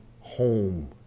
home